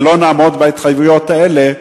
ולא נעמוד בהתחייבויות האלה?